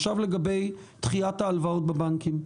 עכשיו לגבי דחיית ההלוואות בבנקים,